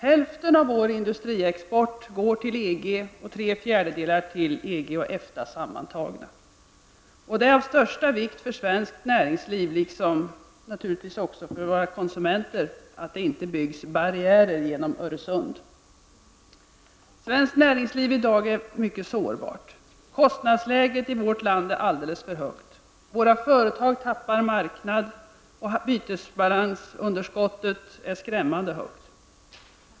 Hälften av vår industriexport går ju till Det är av största vikt för svenskt näringsliv och naturligtvis också för våra konsumenter att det inte byggs barriärer genom Öresund. Svenskt näringsliv är i dag mycket sårbart. Kostnadsläget i vårt land är alldeles för högt. Våra företag förlorar marknader, och bytesbalansunderskottet är skrämmande högt.